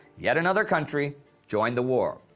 yet another country joined the war.